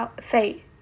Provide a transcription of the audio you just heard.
fate